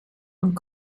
und